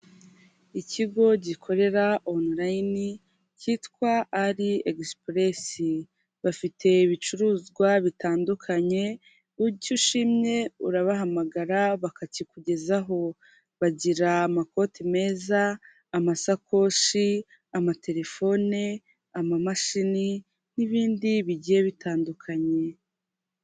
Ikigo gikorera onilayini cyitwa ali egisipuresi, bafite ibicuruzwa bitandukanye, icyo ushimye urahamagara bakakikugezaho, bagira amakoti meza, amasakoshi, amatelefone, amamashini n'ibindi bigiye bitandukanye.